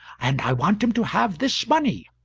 and i want him to have this money,